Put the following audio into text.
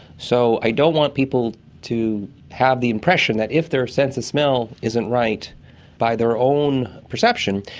so i don't want people to have the impression that if their sense of smell isn't right by their own perception,